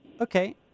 Okay